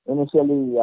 Initially